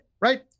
right